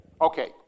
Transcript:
Okay